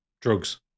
Drugs